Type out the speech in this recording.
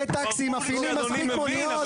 גט טקסי מפעילים מספיק מוניות,